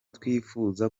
twifuza